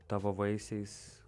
tavo vaisiais